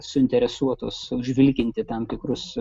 suinteresuotos užvilkinti tam tikrus